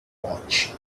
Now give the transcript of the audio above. pouch